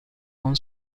con